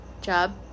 job